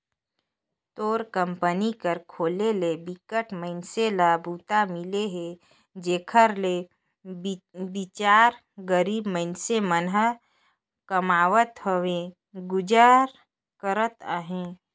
तोर कंपनी कर खोले ले बिकट मइनसे ल बूता मिले हे जेखर ले बिचार गरीब मइनसे मन ह कमावत होय गुजर करत अहे